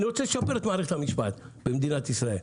אני רוצה לשפר את מערכת המשפט במדינת ישראל,